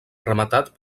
rematat